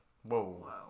Whoa